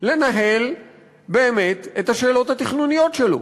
לנהל באמת את השאלות התכנוניות שלו.